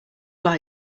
look